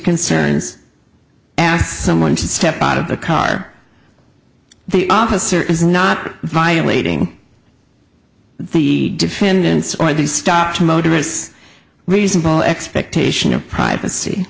concerns ask someone to step out of the car the officer is not violating the defendant's or the stop to motorists reasonable expectation of privacy